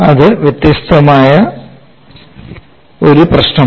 അത് വ്യത്യസ്തമായ ഒരു പ്രശ്നമാണ്